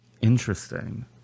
Interesting